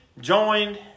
joined